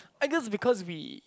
I guess because we